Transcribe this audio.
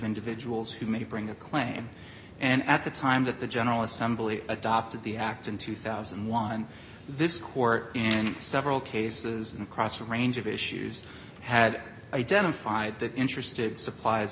individuals who may bring a claim and at the time that the general assembly adopted the act in two thousand and one this court in several cases and cross range of issues had identified that interested suppl